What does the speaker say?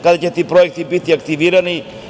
Kada će ti projekti biti aktivirani?